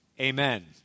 Amen